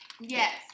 yes